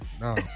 No